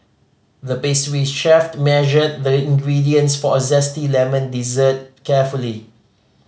the pastry chef measured the ingredients for a zesty lemon dessert carefully